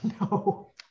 no